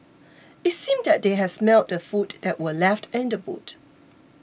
it seemed that they had smelt the food that were left in the boot